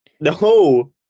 No